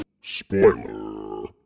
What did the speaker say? spoiler